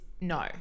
no